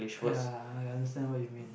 ya I understand what you mean